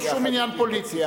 אין פה שום עניין פוליטי.